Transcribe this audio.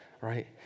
right